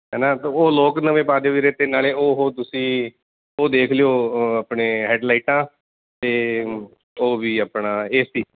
ਹੈ ਨਾ ਤਾਂ ਉਹ ਲੋਕ ਨਵੇਂ ਪਾ ਦਿਓ ਵੀਰੇ ਅਤੇ ਨਾਲੇ ਉਹ ਤੁਸੀਂ ਉਹ ਦੇਖ ਲਿਓ ਆਪਣੇ ਹੈਡਲਾਈਟਾਂ ਅਤੇ ਉਹ ਵੀ ਆਪਣਾ ਏ ਸੀ